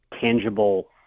tangible